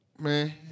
man